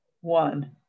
One